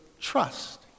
trust